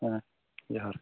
ᱦᱮᱸ ᱡᱚᱦᱟᱨ ᱜᱮ